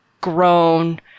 grown